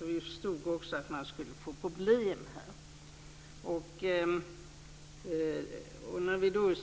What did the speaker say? Vi förstod också att man skulle få problem här. Vi